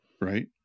right